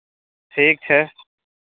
ठीक छै